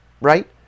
Right